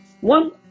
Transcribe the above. One